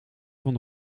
van